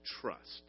trust